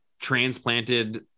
transplanted